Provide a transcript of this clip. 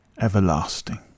everlasting